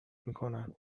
میکنند